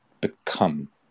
become